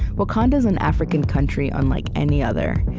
wakanda's an african country unlike any other.